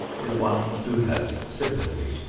is one who has sympathy.